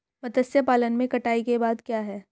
मत्स्य पालन में कटाई के बाद क्या है?